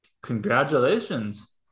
congratulations